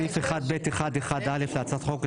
בסעיף 1(ב1)(1)(א) להצעת החוק,